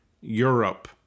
Europe